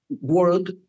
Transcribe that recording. world